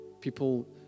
people